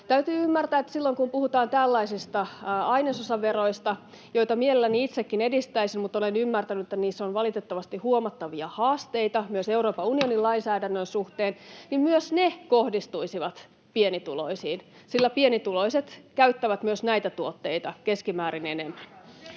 Täytyy ymmärtää, että silloin kun puhutaan tällaisista ainesosaveroista — joita mielelläni itsekin edistäisin, mutta olen ymmärtänyt, että niissä on valitettavasti huomattavia haasteita myös Euroopan unionin lainsäädännön suhteen — niin myös ne kohdistuisivat pienituloisiin, sillä pienituloiset käyttävät myös näitä tuotteita keskimäärin enemmän.